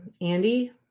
Andy